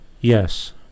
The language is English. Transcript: Yes